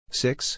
six